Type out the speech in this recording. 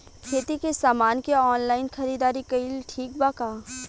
खेती के समान के ऑनलाइन खरीदारी कइल ठीक बा का?